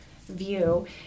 view